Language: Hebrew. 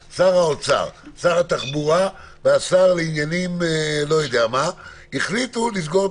שר האוצר ושר התחבורה החליטו לסגור את